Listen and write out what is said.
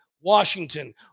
Washington